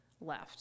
left